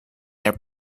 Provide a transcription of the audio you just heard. their